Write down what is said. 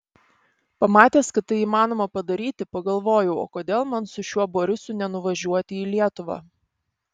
pamatęs kad tai įmanoma padaryti pagalvojau o kodėl man su šiuo borisu nenuvažiuoti į lietuvą